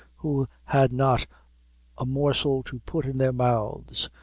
who had not a morsel to put in their mouths,